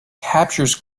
captures